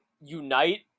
unite